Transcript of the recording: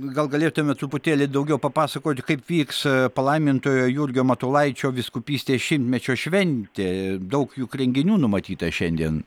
gal galėtumėt truputėlį daugiau papasakoti kaip vyks palaimintojo jurgio matulaičio vyskupystės šimtmečio šventė daug juk renginių numatyta šiandien